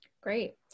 Great